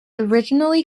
originally